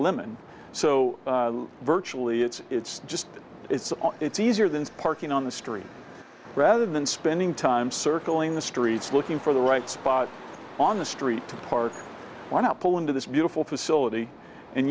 so virtually it's it's just it's it's easier than parking on the street rather than spending time circling the streets looking for the right spot on the street to park want to pull into this beautiful facility and